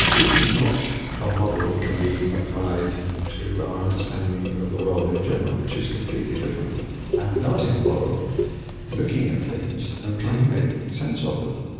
it's not a model that can be applied to our understanding of the world in general, which is completely different and does involve looking at things and trying to make sense of them.